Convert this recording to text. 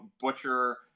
butcher